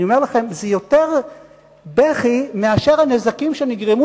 אני אומר לכם שזה יותר בכי מאשר הנזקים שנגרמו